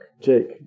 Jake